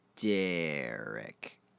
Derek